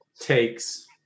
takes